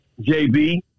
JB